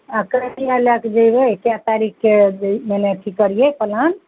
आ कनियाँ लै के जैबे कै तारीखके मने अथि करियै पलान